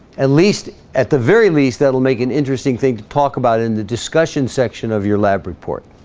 at least at the very least that'll make an interesting thing to talk about in the discussion section of your lab report